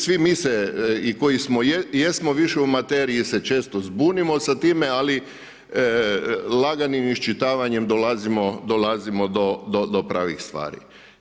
Svi mi se i koji jesmo u više u materiji se često zbunimo sa time, ali laganim iščitavanjem dolazimo do pravih stvari.